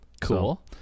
cool